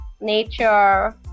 Nature